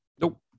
Nope